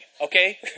okay